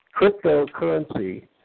Cryptocurrency